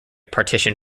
partition